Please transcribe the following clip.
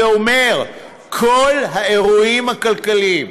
שזה אומר שכל האירועים הכלכליים,